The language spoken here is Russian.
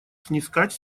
снискать